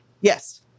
Yes